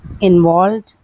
involved